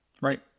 right